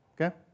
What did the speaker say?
Okay